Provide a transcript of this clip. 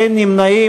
אין נמנעים.